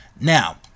Now